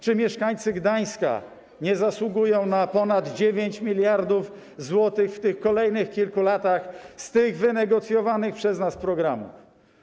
Czy mieszkańcy Gdańska nie zasługują na ponad 9 mld zł w kolejnych kilku latach z tych wynegocjowanych przez nas programów?